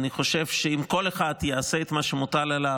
אני חושב שאם כל אחד יעשה את מה שמוטל עליו,